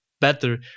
better